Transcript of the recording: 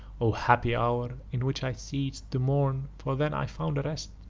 o, happy hour, in which i ceas'd to mourn, for then i found a rest!